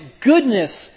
goodness